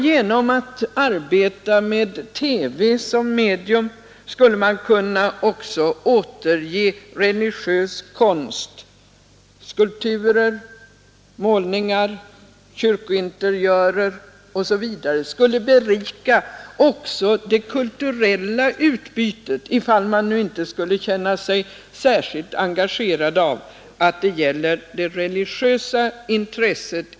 Genom att arbeta med TV som medium skulle man också kunna återge i bild religiös I konst, skulpturer, målningar, kyrkointeriörer osv. Det skulle berika också det kulturella utbytet, ifall man nu inte skulle känna sig särskilt engagerad av att det gäller det religiösa intresset.